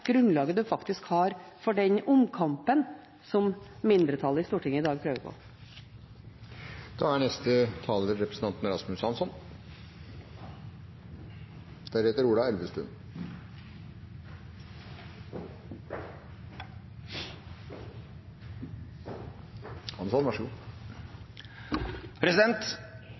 grunnlaget en faktisk har for den omkampen som mindretallet i Stortinget i dag prøver